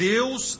Deus